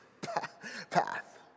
path